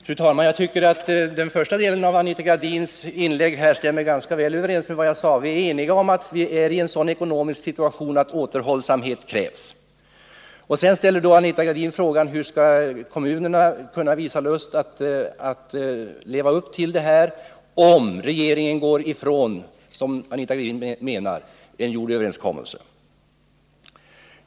Fru talman! Jag tycker att den första delen av Anita Gradins inlägg stämmer ganska väl med det som jag sade. Vi är eniga om att vi befinner oss i en sådan ekonomisk situation att återhållsamhet krävs. Anita Gradin ställer frågan hur kommunerna skall kunna visa lust att leva upp till en gjord överenskommelse om regeringen bryter mot denna, som Anita Gradin menar att regeringen gör.